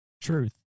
Truth